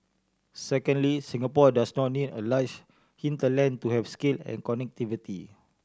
secondly Singapore does not need a large hinterland to have scale and connectivity